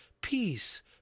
peace